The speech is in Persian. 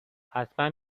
حتما